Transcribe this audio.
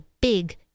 big